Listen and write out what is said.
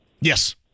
yes